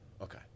Okay